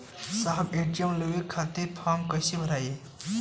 साहब ए.टी.एम लेवे खतीं फॉर्म कइसे भराई?